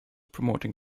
promoting